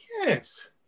yes